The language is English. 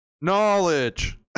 Knowledge